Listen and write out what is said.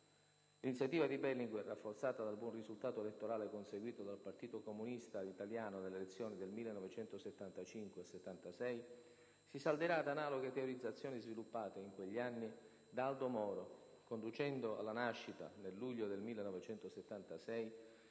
L'iniziativa di Berlinguer, rafforzata dal buon risultato elettorale conseguito dal Partito Comunista Italiano nelle elezioni del 1975 e del 1976, si salderà ad analoghe teorizzazioni sviluppate, in quegli anni, da Aldo Moro, conducendo alla nascita, nel luglio del 1976,